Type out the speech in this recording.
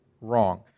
wrong